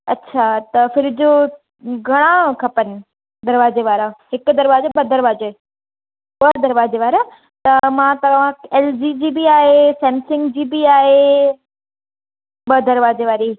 अच्छा त फ्रिज घणा खपनि दरवाजे वारा हिकु दरवाजे ॿ दरवाजे फोर दरवाजे वारा त मां तव्हां एल जी जी बि आहे सेमसंग जी बि आहे ॿ दरवाजे वारी